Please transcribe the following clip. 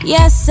Yes